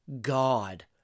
God